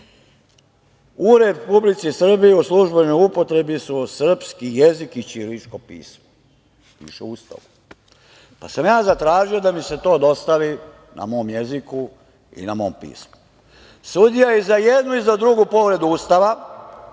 Republici Srbiji u službenoj upotrebi su srpski jezik i ćiriličko pismo“, zatražio da mi se to dostavi na mom jeziku i na mom pismu. Sudija je i za jednu i za drugu povredu Ustava,